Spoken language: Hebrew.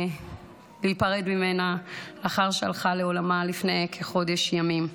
להיפרד ממנה לאחר שהלכה לעולמה לפני כחודש ימים.